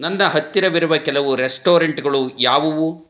ನನ್ನ ಹತ್ತಿರವಿರುವ ಕೆಲವು ರೆಸ್ಟೋರೆಂಟ್ಗಳು ಯಾವುವು